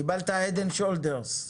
קיבלת הד אנד שולדרס.